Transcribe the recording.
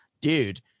dude